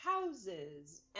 houses